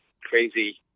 crazy